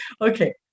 Okay